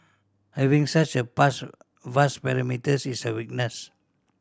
having such a vast vast perimeters is a weakness